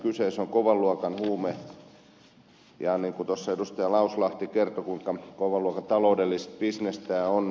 kyseessä on kovan luokan huume ja tuossa edustaja lauslahti kertoi kuinka kovan luokan taloudellinen bisnes tämä on